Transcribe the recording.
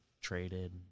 Traded